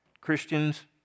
Christians